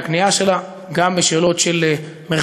יותר קצר מהדוח של הסנגוריה,